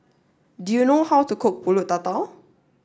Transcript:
do you know how to cook Pulut Tatal